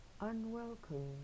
unwelcome